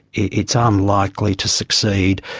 it's ah unlikely to succeed,